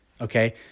okay